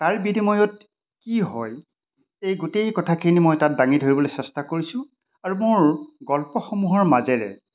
তাৰ বিনিময়ত কি হয় এই গোটেই কথাখিনি মই তাত দাঙি ধৰিবলৈ চেষ্টা কৰিছোঁ আৰু মোৰ গল্পসমূহৰ মাজেৰে